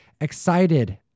excited